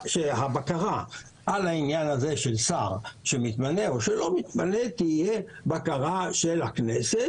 הבקרה על העניין הזה של שר שמתמנה או שלא מתמנה תהיה בקרה של הכנסת.